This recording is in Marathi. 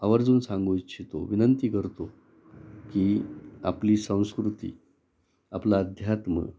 आवर्जून सांगू इच्छितो विनंती करतो की आपली संस्कृती आपलं अध्यात्म